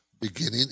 beginning